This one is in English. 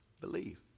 believe